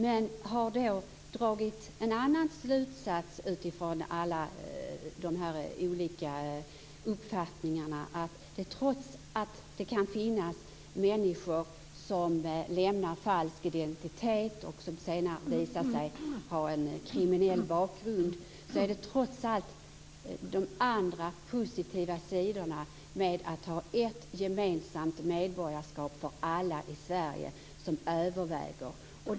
Men man har dragit en annan slutsats utifrån de olika uppfattningarna. Trots att det kan finnas människor som uppger falsk identitet, och som senare visar sig ha en kriminell bakgrund, är det de andra, positiva sidorna med att ha ett gemensamt medborgarskap för alla i Sverige som överväger.